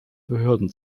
behörden